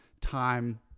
time